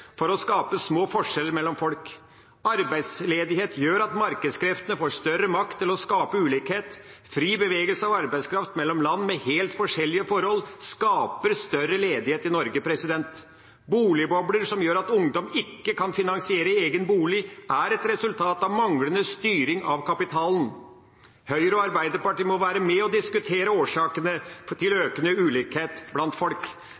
for å skape små forskjeller mellom folk. Arbeidsledighet gjør at markedskreftene får større makt til å skape ulikhet. Fri bevegelse av arbeidskraft mellom land med helt forskjellige forhold skaper større ledighet i Norge. Boligbobler som gjør at ungdom ikke kan finansiere egen bolig, er et resultat av manglende styring av kapitalen. Høyre og Arbeiderpartiet må være med og diskutere årsakene til økende ulikhet blant folk.